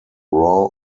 raw